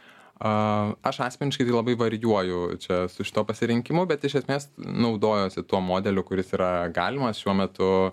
aš asmeniškai labai varijuoju čia su šituo pasirinkimu bet iš esmės naudojuosi tuo modeliu kuris yra galimas šiuo metu